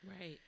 Right